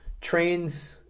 trains